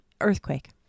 earthquake